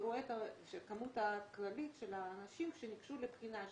רואה את הכמות הכללית של האנשים שניגשו לבחינה,